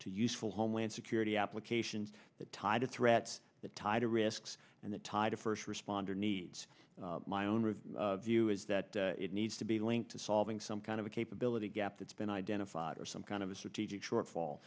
to useful homeland security applications that tie to threats the tide of risks and the tide of first responder needs my own view is that it needs to be linked to solving some kind of a capability gap that's been identified or some kind of a strategic shortfall